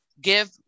give